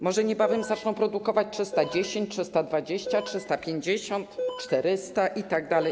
Może niebawem zaczną produkować 310, 320, 350, 400 itd.